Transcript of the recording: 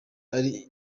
ari